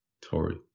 Tory